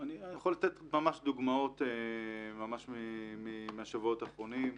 אני יכול לתת דוגמאות מהשבועות האחרונים.